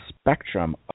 spectrum